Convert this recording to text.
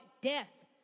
death